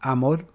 Amor